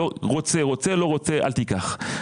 רוצה - רוצה, לא רוצה אל תיקח.